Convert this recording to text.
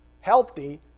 healthy